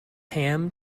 ham